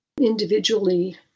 individually